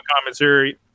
commentary